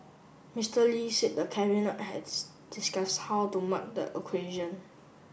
Mister Lee said the Cabinet has discuss how to mark the occasion